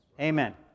Amen